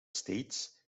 states